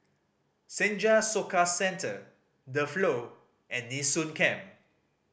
Senja Soka Centre The Flow and Nee Soon Camp